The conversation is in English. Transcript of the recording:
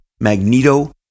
Magneto